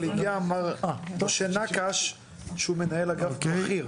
אבל הגיע מר משה נקש שהוא מנהל אגף בכיר.